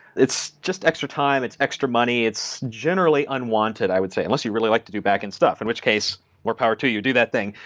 it's just extra time, it's extra money. it's generally unwanted, i would say, unless you really like to do backend stuff. in which case more power too. you do that thing.